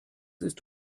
ist